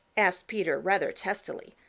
asked peter rather testily,